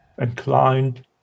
inclined